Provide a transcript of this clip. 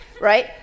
right